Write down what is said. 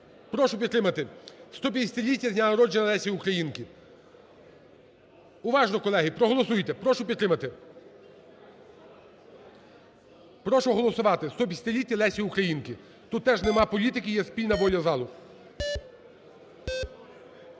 прошу підтримати 150-ліття з дня народження Лесі Українки. Уважно, колеги, проголосуйте, прошу підтримати. Прошу голосувати, 150-ліття Лесі Українки. Тут теж нема політики, є спільна воля залу.